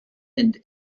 and